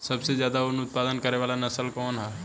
सबसे ज्यादा उन उत्पादन करे वाला नस्ल कवन ह?